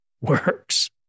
works